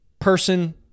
person